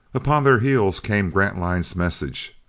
upon their heels came grantline's message.